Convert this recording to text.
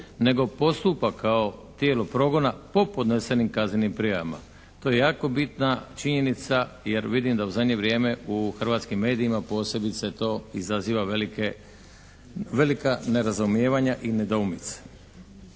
nego postupa kao tijelo progona po podnesenim kaznenim prijavama. To je jako bitna činjenica jer vidim da u zadnje vrijeme u hrvatskim medijima posebice to izaziva velika nerazumijevanja i nedoumice.